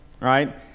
right